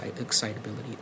excitability